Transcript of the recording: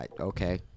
Okay